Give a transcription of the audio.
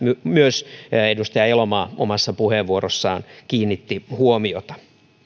myös edustaja elomaa omassa puheenvuorossaan kiinnitti huomiota